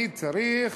אני צריך